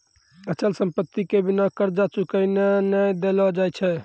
अचल संपत्ति के बिना कर्जा चुकैने नै देलो जाय छै